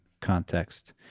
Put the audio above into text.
context